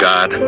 God